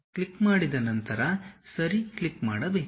click ಮಾಡಿದ ನಂತರ ಸರಿ ಕ್ಲಿಕ್ ಮಾಡಿ